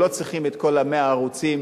שלא צריכים את כל 100 הערוצים,